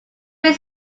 made